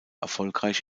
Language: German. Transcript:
erfolgreich